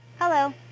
Hello